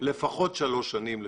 לפחות שלוש שנים,